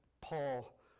Paul